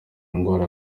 indwara